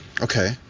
okay